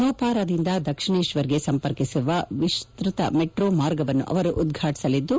ನೋಪಾರಾದಿಂದ ದಕ್ಷಿಣೇಶ್ವರ್ಗೆ ಸಂಪರ್ಕಿಸುವ ವಿಸ್ತೃತ ಮೆಟ್ರೋ ಮಾರ್ಗವನ್ನು ಅವರು ಉದ್ಘಾಟಸಲಿದ್ದು